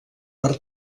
per